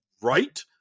right